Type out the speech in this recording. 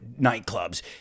nightclubs